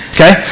Okay